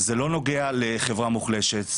שזה לא נוגע לחברה מוחלשת,